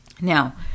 Now